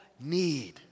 need